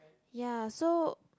ya so